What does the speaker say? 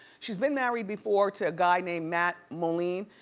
she's been married before to a guy named matt moline.